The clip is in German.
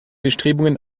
bestrebungen